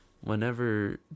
whenever